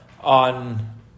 on